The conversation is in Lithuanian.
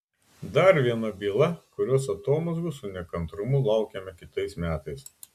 dar viena byla kurios atomazgų su nekantrumu laukiame kitais metais